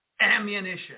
ammunition